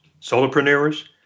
solopreneurs